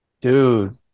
dude